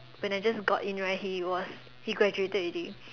when I just got in right he was he graduated already